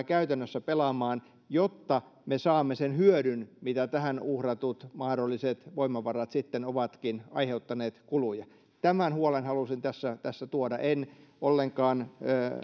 käytännössä pelaamaan jotta me saamme sen hyödyn mitä kuluja tähän uhratut mahdolliset voimavarat sitten ovatkin aiheuttaneet tämän huolen halusin tässä tässä tuoda en ollenkaan